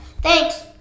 Thanks